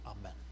Amen